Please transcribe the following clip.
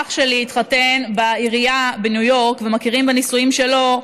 ואח שלי התחתן בעירייה בניו יורק ומכירים בנישואים שלו,